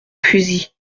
fusils